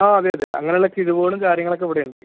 ആ അതെ അതെ അങ്ങനെയുള്ള കിഴിവുകളും കാര്യങ്ങളൊക്കെ ഇവിടെയുണ്ട്